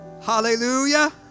Hallelujah